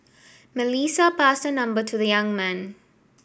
Melissa passed her number to the young man